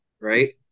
right